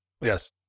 Yes